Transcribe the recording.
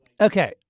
okay